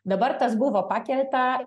dabar tas buvo pakelta